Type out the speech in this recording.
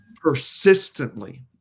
persistently